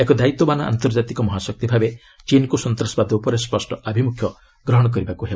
ଏକ ଦାୟିତ୍ୱବାନ୍ ଆନ୍ତର୍ଜାତିକ ମହାଶକ୍ତି ଭାବେ ଚୀନ୍କୁ ସନ୍ତାସବାଦ ଉପରେ ସ୍ୱଷ୍ଟ ଆଭିମ୍ବଖ୍ୟ ଗ୍ରହଣ କରିବାକ୍ ହେବ